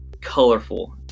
colorful